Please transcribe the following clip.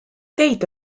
teid